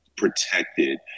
protected